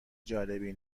جالبی